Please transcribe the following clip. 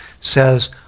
says